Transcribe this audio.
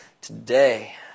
today